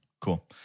Cool